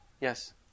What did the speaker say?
Yes